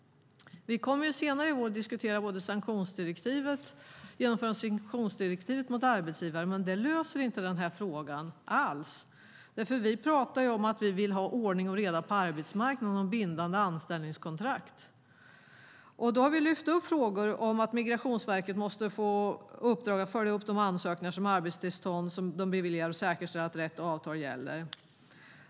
Vi kommer senare i vår att både diskutera sanktionsdirektivet och genomföra sanktionsdirektivet mot arbetsgivare. Men det löser inte frågan alls. Vi talar om att vi vill ha ordning och reda på arbetsmarknaden och bindande anställningskontrakt. Vi har lyft upp frågor om att Migrationsverket måste få uppdrag att följa upp de ansökningar om arbetstillstånd som de beviljar och säkerställa att rätt avtal gäller.